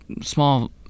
small